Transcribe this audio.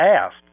asked